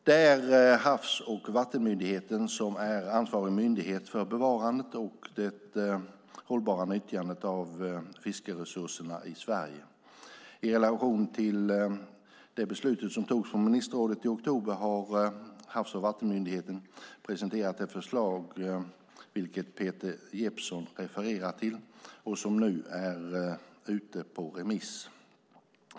Det är Havs och vattenmyndigheten som är ansvarig myndighet för bevarandet och det hållbara nyttjandet av fiskeresurserna i Sverige. I relation till det beslut som togs på ministerrådet i oktober har Havs och vattenmyndigheten presenterat det förslag vilket Peter Jeppsson refererar till och som nu är ute på remiss.